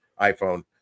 iPhone